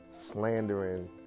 slandering